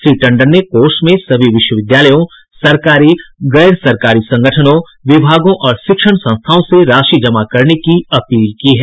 श्री टंडन ने कोष में सभी विश्वविद्यालयों सरकारी गैर सरकारी संगठनों विभागों और शिक्षण संस्थाओं से राशि जमा करने की अपील की है